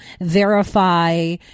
verify